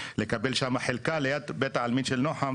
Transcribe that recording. לקבל שם חלקה ליד בית העלמין של נוחם,